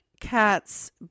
cats